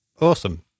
Awesome